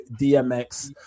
DMX